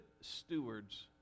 stewards